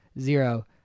Zero